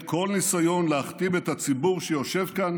כל ניסיון להכתים את הציבור שיושב כאן